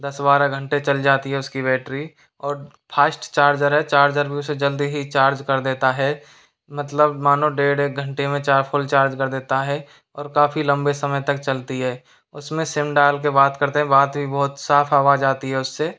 दस बारह घंटे चल जाती है उसकी बैटरी और फास्ट चार्जर है चार्जर भी उसे जल्दी ही चार्ज कर देता है मतलब मानो डेढ़ एक घंटे में चार फुल चार्ज कर देता है और काफ़ी लम्बे समय तक चलती है उसमें सिम डाल कर बात करते हैं बात भी बहुत साफ आवाज़ आती है उससे